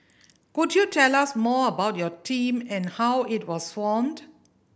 could you tell us more about your team and how it was formed